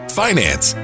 finance